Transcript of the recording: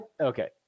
Okay